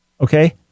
Okay